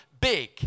big